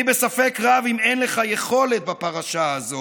אני בספק רב אם אין לך יכולת בפרשה הזאת,